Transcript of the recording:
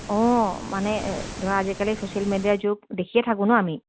অঁ মানে ধৰা আজিকালি ছ'চিয়েল মেডিয়াৰ যুগ দেখিয়ে থাকোঁ ন আমি